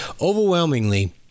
overwhelmingly